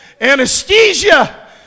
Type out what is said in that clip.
anesthesia